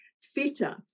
fitter